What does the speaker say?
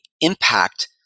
impact